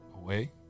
away